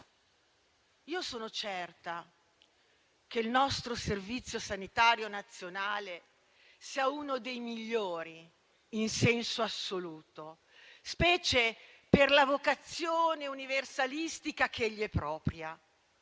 Io sono certa che il nostro Servizio sanitario nazionale sia uno dei migliori in senso assoluto, specie per la vocazione universalistica che gli è propria,